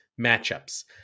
matchups